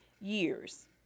years